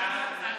ההצעה